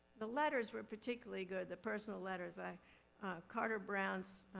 the letters were particularly good, the personal letters. ah carter brown's